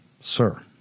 sir